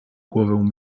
głowę